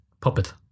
puppet